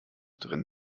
drin